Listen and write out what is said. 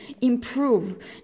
improve